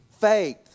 faith